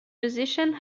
musicians